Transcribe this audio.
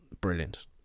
brilliant